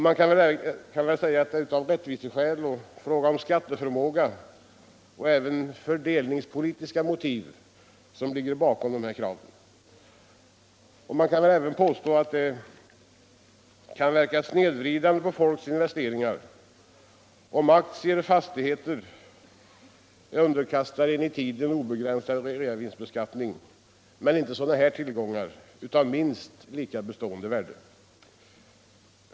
Man kan säga att det är rättviseskäl, frågan om skatteförmåga och även fördelningspolitiska motiv som ligger bakom dessa krav. Det kan också verka snedvridande på folks investeringar om aktier och fastigheter är underkastade en i tiden obegränsad reavinstbeskattning men inte dessa tillgångar av minst lika bestående värde.